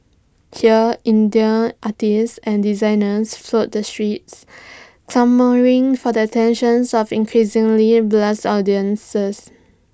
here indie artists and designers flood the streets clamouring for the attention of increasingly blase audiences